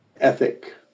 ethic